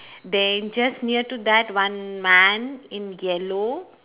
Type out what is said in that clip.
then just near to that one man in yellow